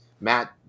Matt